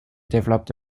developed